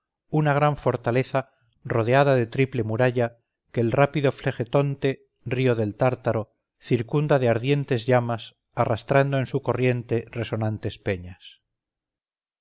una gran fortaleza rodeada de triple muralla que el rápido flegetonte río del tártaro circunda de ardientes llamas arrastrando en su corriente resonantes peñas